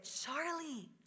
Charlie